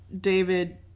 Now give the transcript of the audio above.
David